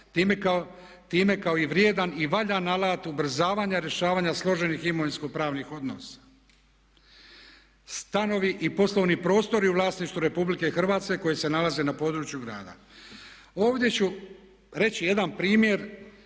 time kao i vrijedan i valjan alat ubrzavanja rješavanja složenih imovinsko-pravnih odnosa. Stanovi i poslovni prostori u vlasništvu Republike Hrvatske koji se nalaze na području grada. Ovdje ću reći jedan primjer